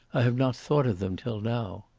i have not thought of them till now.